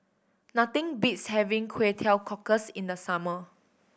nothing beats having Kway Teow Cockles in the summer